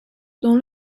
dans